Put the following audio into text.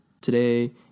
today